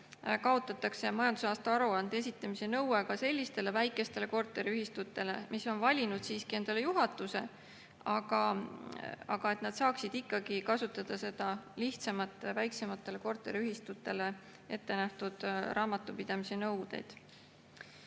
kaotatakse majandusaasta aruande esitamise nõue ka sellistele väikestele korteriühistutele, mis on valinud endale juhatuse, et nad saaksid ikkagi lähtuda nendest lihtsamatest väiksematele korteriühistutele ettenähtud raamatupidamisenõuetest.